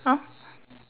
!huh!